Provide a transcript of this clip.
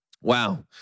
Wow